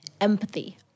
empathy